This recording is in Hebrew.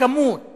הכמות